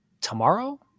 tomorrow